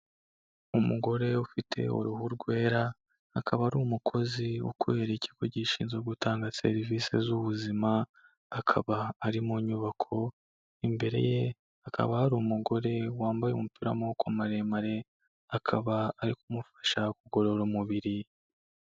Umugore ufite uruhu rwera, akaba ari umukozi ukorera ikigo gishinzwe gutanga serivise z'ubuzima, akaba ari mu nyubako, imbere ye hakaba hari umugore wambaye umupira w'amaboko maremare, akaba ari kumufasha kugorora umubiri.